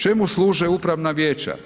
Čemu služe upravna vijeća?